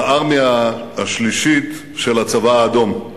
בארמייה השלישית של הצבא האדום.